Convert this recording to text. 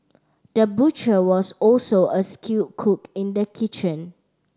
the butcher was also a skilled cook in the kitchen